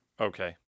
Okay